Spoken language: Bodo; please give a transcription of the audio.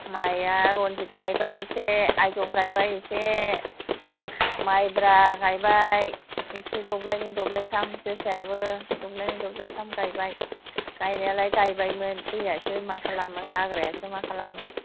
माइया रनजित गायबाय एसे आइजं गायबाय एसे मायब्रा गायबाय एसे दब्लायनै दब्लायथाम जोसायाबो दब्लायनै दब्लायथाम गायबाय गायनायालाय गायबायमोन दैयासो मा खालामो हाग्रायासो मा खालामो